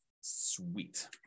Sweet